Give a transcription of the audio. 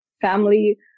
family